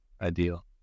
ideal